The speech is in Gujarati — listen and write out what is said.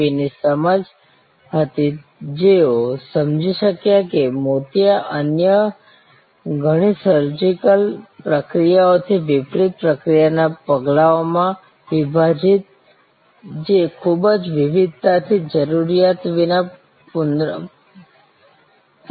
વીની સમજ હતી જેઓ સમજી શક્યા કે મોતિયા અન્ય ઘણી સર્જિકલ પ્રક્રિયાઓથી વિપરીત પ્રક્રિયાના પગલાઓમાં વિભાજિત જે ખૂબ જ વિવિધતાની જરૂરિયાત વિના પુનરાવર્તિત રીતે કરી શકાય છે